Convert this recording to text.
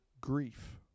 grief